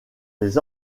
des